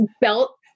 belt